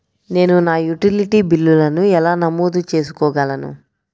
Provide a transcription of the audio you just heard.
నేను నా యుటిలిటీ బిల్లులను ఎలా నమోదు చేసుకోగలను?